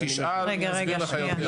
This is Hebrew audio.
אם תשאל אני אסביר לך יותר טוב.